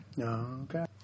Okay